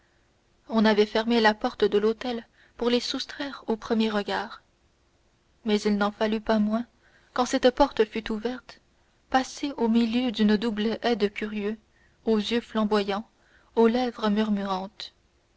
on avait fermé la porte de l'hôtel pour les soustraire aux premiers regards mais il n'en fallut pas moins quand cette porte fut ouverte passer au milieu d'une double haie de curieux aux yeux flamboyants aux lèvres murmurantes